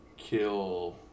Kill